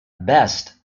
best